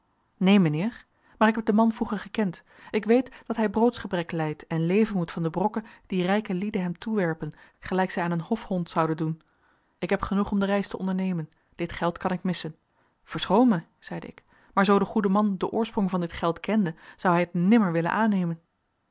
neen mijnheer maar ik heb den man vroeger gekend ik weet dat hij broodsgebrek lijdt en leven moet van de brokken die rijke lieden hem toewerpen gelijk zij aan hun hof hond zouden doen ik heb genoeg om de reis te ondernemen dit geld kan ik missen verschoon mij zeide ik maar zoo de goede man den oorsprong van dit geld kende zou hij het nimmer willen aannemen